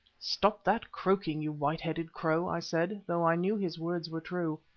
stop that croaking, you white-headed crow, i said, though i knew his words were true.